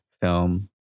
film